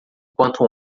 enquanto